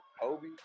Kobe